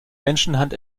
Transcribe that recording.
menschenhand